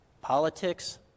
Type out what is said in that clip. Politics